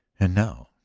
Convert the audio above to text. and now,